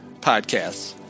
podcasts